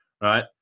right